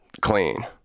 clean